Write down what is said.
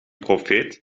profeet